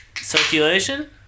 Circulation